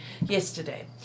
yesterday